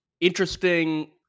interesting